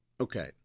Okay